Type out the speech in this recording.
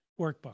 workbook